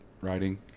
writing